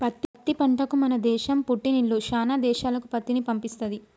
పత్తి పంటకు మన దేశం పుట్టిల్లు శానా దేశాలకు పత్తిని పంపిస్తది